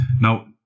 Now